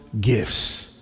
gifts